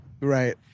Right